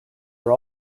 are